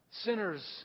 Sinners